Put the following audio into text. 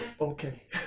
Okay